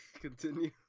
continue